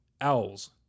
Owls